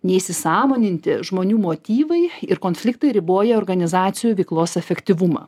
neįsisąmoninti žmonių motyvai ir konfliktai riboja organizacijų veiklos efektyvumą